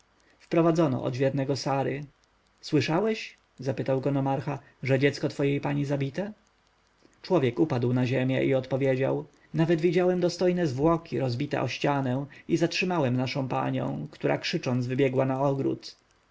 wprowadzono odźwiernego sary słyszałeś zapytał go nomarcha że dziecko twej pani zabite człowiek upadł na ziemię i odpowiedział nawet widziałem dostojne zwłoki rozbite o ścianę i zatrzymałem naszą panią która krzycząc wybiegła na ogród